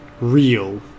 real